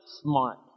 smart